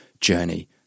journey